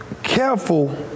careful